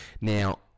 Now